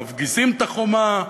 מפגיזים את החומה,